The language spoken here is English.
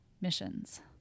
missions